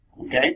Okay